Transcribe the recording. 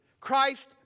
Christ